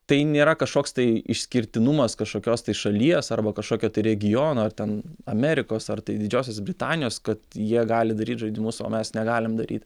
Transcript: tai nėra kažkoks tai išskirtinumas kažkokios tai šalies arba kažkokio regiono ar ten amerikos ar tai didžiosios britanijos kad jie gali daryt žaidimus o mes negalim daryt